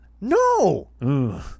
No